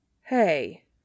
Hey